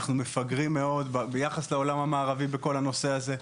אנחנו מפגרים מאוד ביחס לעולם המערבי בכל הנושא הזה.